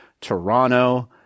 Toronto